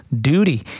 duty